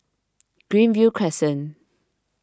Greenview Crescent